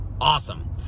Awesome